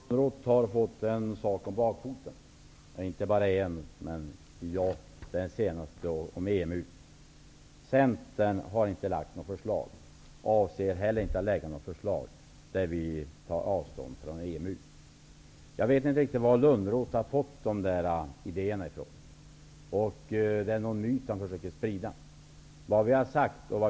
Herr talman! Johan Lönnroth har fått en sak om bakfoten. Det är faktiskt inte bara en sak, men nu gäller det EMU. Centern har inte lagt fram något förslag - och avser inte heller att göra det - där vi tar avstånd från EMU. Jag vet inte riktigt varifrån Johan Lönnroth har fått denna ide . Han försöker sprida en myt.